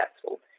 successful